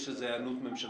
יש איזו היענות ממשלתית?